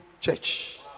church